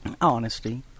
Honesty